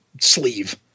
sleeve